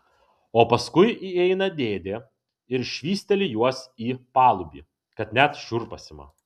o paskui įeina dėdė ir švysteli juos į palubį kad net šiurpas ima